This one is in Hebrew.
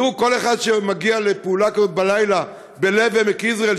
כל אחד שמגיע לפעולה כזאת בלילה בלב עמק יזרעאל,